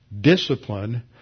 discipline